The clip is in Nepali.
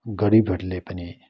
गरिबहरूले पनि